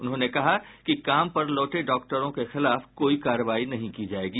उन्होंने कहा कि काम पर लौटे डॉक्टरों के खिलाफ कोई कार्रवाई नहीं की जायेगी